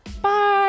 Bye